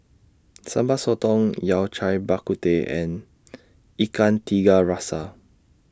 Sambal Sotong Yao Cai Bak Kut Teh and Ikan Tiga Rasa